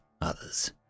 Others